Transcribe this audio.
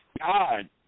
God